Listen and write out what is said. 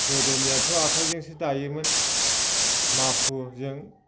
गोदोनियाथ' आखाइजोंसो दायोमोन माखुजों